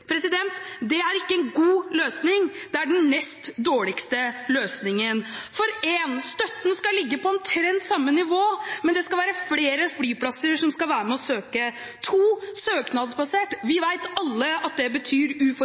Det er ikke en god løsning – det er den nest dårligste løsningen. For: 1) Støtten skal ligge på omtrent samme nivå, men det skal være flere flyplasser som skal være med å søke. 2) Støtten er søknadsbasert, og vi vet alle at det betyr